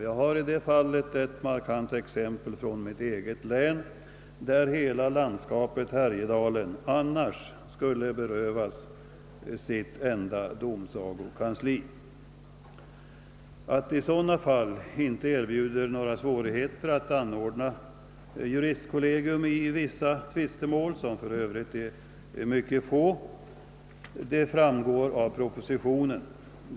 Jag har i det fallet ett mycket markant exempel från mitt eget län: hela landskapet Härjedalen skulle kunna berövas sitt enda domsagokansli. Att det i sådana fall inte erbjuder några svårigheter att anordna juristkollegium i vissa tvistemål — det gäller för övrigt mycket få mål — framgår av propositionen.